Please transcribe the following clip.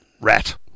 Rat